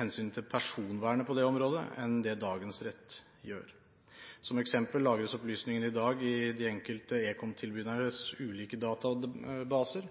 hensynet til personvernet på det området enn det dagens rett gjør. Som eksempel lagres opplysningene i dag i de enkelte ekom-tilbydernes ulike databaser